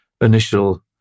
initial